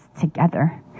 together